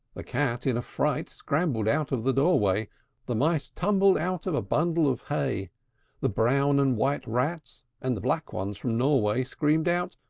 the cat in a fright scrambled out of the doorway the mice tumbled out of a bundle of hay the brown and white rats, and the black ones from norway, screamed out,